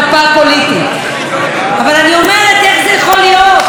אבל אני אומרת: איך זה יכול להיות שמדברים תרבות,